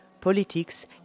politics